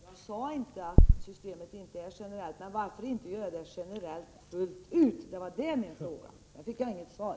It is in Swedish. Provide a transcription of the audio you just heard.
Herr talman! Helt kort: Jag sade inte att systemet inte är generellt. Min fråga löd: Varför inte göra systemet generellt fullt ut? Jag fick inget svar på den frågan.